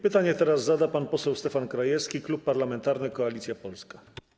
Pytanie teraz zada pan poseł Stefan Krajewski, Klub Parlamentarny Koalicja Polska.